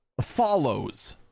follows